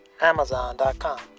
Amazon.com